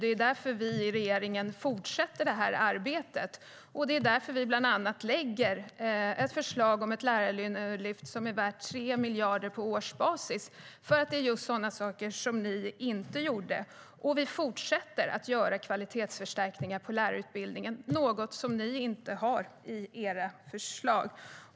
Det är därför vi i regeringen fortsätter det här arbetet, och det är därför vi bland annat lägger fram ett förslag om ett lärarlyft som är värt 3 miljarder på årsbasis. Det är just sådana saker som ni inte gjorde. Vi fortsätter att göra kvalitetsförstärkningar på lärarutbildningen, vilket är något som ni inte har i era förslag.